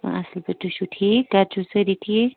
آ اَصٕل پٲٹھۍ تُہۍ چھُو ٹھیٖک گَرِ چھُو سٲری ٹھیٖک